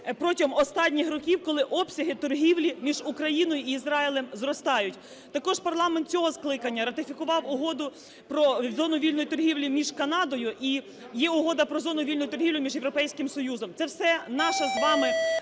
протягом останніх років, коли обсяги торгівлі між Україною і Ізраїлем зростають. Також парламент цього скликання ратифікував Угоду про зону вільної торгівлі між Канадою, і є Угода про зону вільною торгівлі між Європейським Союзом. Це все наше з вами